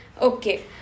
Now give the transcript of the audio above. Okay